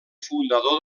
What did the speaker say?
fundador